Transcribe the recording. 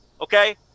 Okay